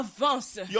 avance